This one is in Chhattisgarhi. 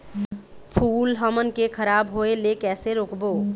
फूल हमन के खराब होए ले कैसे रोकबो?